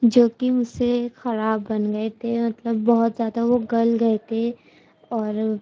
جو کہ مجھ سے خراب بن گئے تھے مطلب بہت زیادہ وہ گل گئے تھے اور